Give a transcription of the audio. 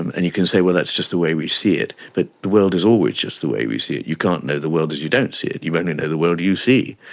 and and you can say, well, that's just the way we see it, but the world is always just the way we see it, you can't know the world as you don't see it, you only know the world you see.